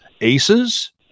Aces